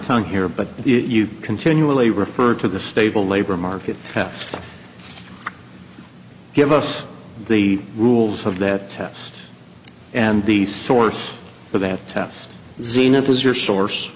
tongue here but you continually refer to the stable labor market half give us the rules of that test and the source of that tough zenit was your source